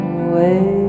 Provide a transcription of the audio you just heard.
away